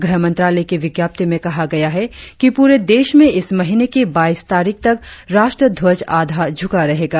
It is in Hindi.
गृह मंत्रालय की विज्ञप्ति में कहा गया है कि पूरे देश में इस महीने की बाईस तारीख तक राष्ट्र ध्वज आधा झुका रहेगा